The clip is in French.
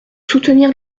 soutenir